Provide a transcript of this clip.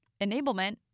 enablement